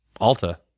Alta